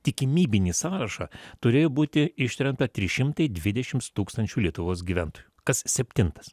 tikimybinį sąrašą turėjo būti ištremta trys šimtai dvidešimts tūkstančių lietuvos gyventojų kas septintas